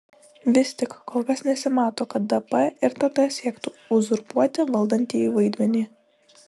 vis tik kol kas nesimato kad dp ir tt siektų uzurpuoti valdantįjį vaidmenį